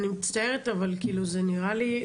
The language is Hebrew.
אני מצטערת אבל כאילו זה נראה לי,